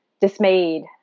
dismayed